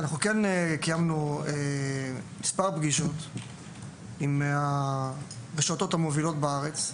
אנחנו כן קיימנו מספר פגישות עם הרשתות המובילות בארץ,